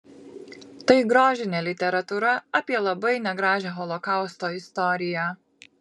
tai grožinė literatūra apie labai negražią holokausto istoriją